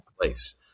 place